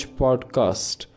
podcast